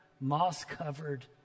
moss-covered